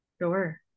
Sure